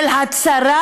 של הצרה,